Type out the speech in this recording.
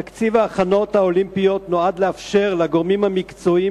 תקציב ההכנות האולימפיות נועד לאפשר לגורמים המקצועיים